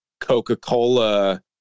Coca-Cola